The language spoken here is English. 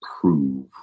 prove